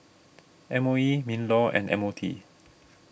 M O E MinLaw and M O T